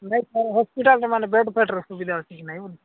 ନାଇ ସାର୍ ହସ୍ପିଟାଲ୍ମାନେ ବେଡ୍ ଫେଡ୍ର ସୁବିଧା ଅଛି କି ନାଇଁ